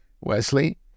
wesley